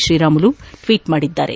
Sriramulu tweet ಮಾಡಿದ್ದಾರೆ